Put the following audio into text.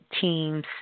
teams